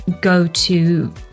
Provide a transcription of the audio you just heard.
go-to